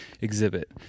exhibit